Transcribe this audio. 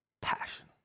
passion